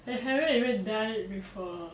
I haven't even done it before